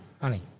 honey